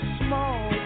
small